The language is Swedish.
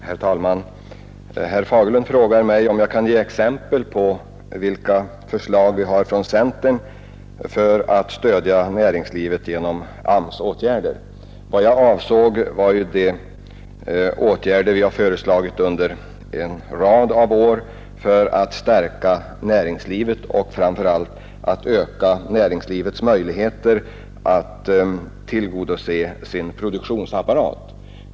Herr talman! Herr Fagerlund frågar om jag kan ge exempel på förslag från centern som medför stöd till näringslivet genom AMS-åtgärder. Vad jag avsåg var de åtgärder som vi har föreslagit under en rad av år för att stärka näringslivet och framför allt för att öka dess möjligheter att bygga ut sin produktionsapparat.